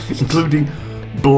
including